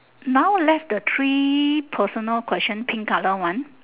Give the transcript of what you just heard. now left the three personal question pink colour one